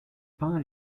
peint